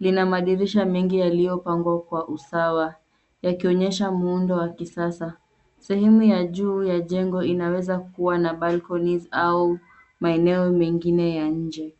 Lina madirisha mengi yaliyopangwa kwa usawa, yakionyesha muundo wa kisasa. Sehemu ya juu ya jengo inaweza kua na balconies , au maeneo mengine ya nje.